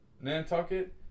Nantucket